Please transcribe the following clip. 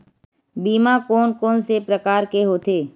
बीमा कोन कोन से प्रकार के होथे?